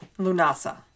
Lunasa